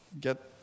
get